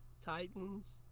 Titans